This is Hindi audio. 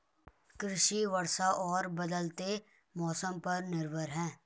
कृषि वर्षा और बदलते मौसम पर निर्भर है